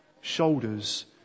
shoulders